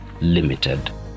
Limited